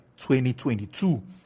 2022